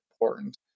important